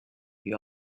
you